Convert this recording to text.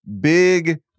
big